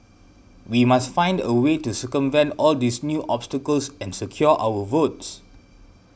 we must find a way to circumvent all these new obstacles and secure our votes